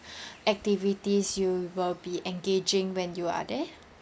activities you will be engaging when you are there